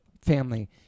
family